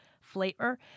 flavor